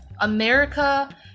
America